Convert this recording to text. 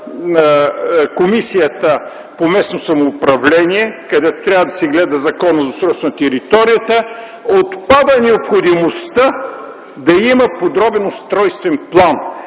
Комисията по местно самоуправление, където трябва да се гледа Законът за устройство на територията, отпада необходимостта да има подробен устройствен план